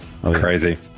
crazy